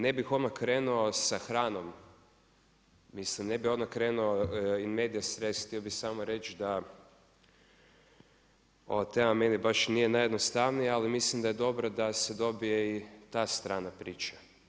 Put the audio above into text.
Ne bih odmah krenuo sa hranom, mislim ne bih odmah krenuo in medias res, htio bih samo reći da ova tema meni baš nije najjednostavnija, ali mislim da je dobro da se dobije i ta strana priče.